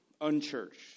unchurched